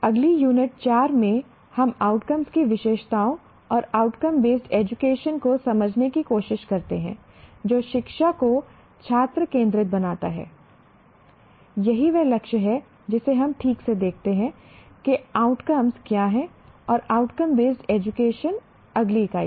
अगली यूनिट 4 में हम आउटकम्स की विशेषताओं और आउटकम बेस्ड एजुकेशन को समझने की कोशिश करते हैं जो शिक्षा को छात्र केंद्रित बनाता है यही वह लक्ष्य है जिसे हम ठीक से देखते हैं कि आउटकम्स क्या हैं और आउटकम बेस्ड एजुकेशन अगली इकाई